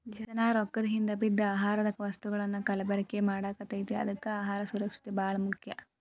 ಜನಾ ರೊಕ್ಕದ ಹಿಂದ ಬಿದ್ದ ಆಹಾರದ ವಸ್ತುಗಳನ್ನಾ ಕಲಬೆರಕೆ ಮಾಡಾಕತೈತಿ ಅದ್ಕೆ ಅಹಾರ ಸುರಕ್ಷಿತ ಬಾಳ ಮುಖ್ಯ